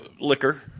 Liquor